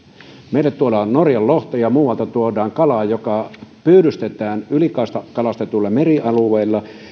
meille tuodaan norjan lohta ja muualta tuodaan kalaa joka pyydystetään ylikalastetuilla merialueilla